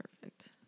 Perfect